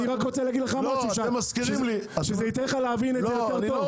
אני רק רוצה להגיד לך משהו שזה ייתן לך להבין את זה יותר טוב.